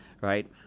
right